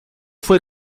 fue